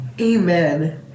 Amen